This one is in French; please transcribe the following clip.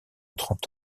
trente